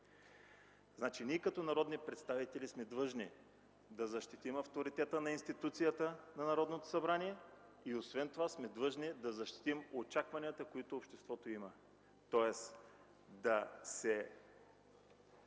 работи. Ние като народни представители сме длъжни да защитим авторитета на институцията Народно събрание. Освен това сме длъжни да защитим очакванията, които обществото има. Тоест, да се